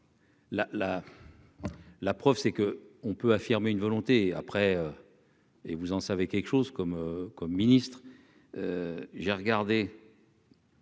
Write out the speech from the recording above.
la preuve c'est que on peut affirmer une volonté après. Et vous en savez quelque chose comme comme ministre, j'ai regardé.